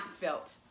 felt